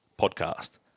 podcast